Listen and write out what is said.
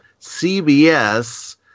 CBS